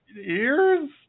ears